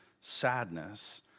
sadness